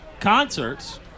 concerts